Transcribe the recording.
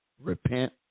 Repent